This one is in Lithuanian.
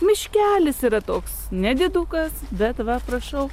miškelis yra toks nedidukas bet va prašau